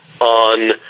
on